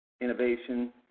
innovation